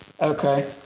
Okay